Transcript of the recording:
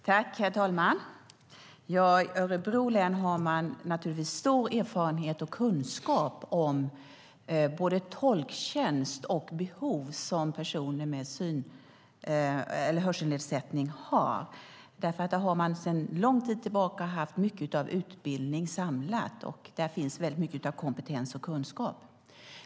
Herr talman! I Örebro län har man naturligtvis stor erfarenhet av och kunskap om både tolktjänst och behov som personer med hörselnedsättning har, därför att där har man sedan lång tid tillbaka mycket utbildning samlad och där finns mycket kompetens och kunskap.